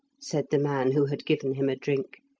said the man who had given him a drink,